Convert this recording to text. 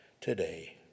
today